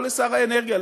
לא לשר האנרגיה,